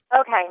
Okay